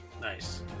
Nice